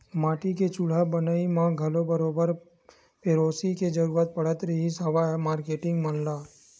माटी के चूल्हा बनई म घलो बरोबर पेरोसी के जरुरत पड़त रिहिस हवय मारकेटिंग मन ल